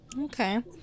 okay